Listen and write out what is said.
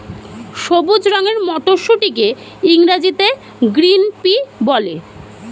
সবুজ রঙের মটরশুঁটিকে ইংরেজিতে গ্রিন পি বলে